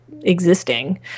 existing